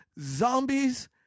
zombies